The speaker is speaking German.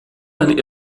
ein